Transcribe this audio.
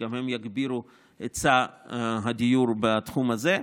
שגם הם יגבירו את היצע הדיור בתחום הזה.